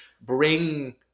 bring